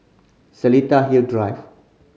Seletar Hill Drive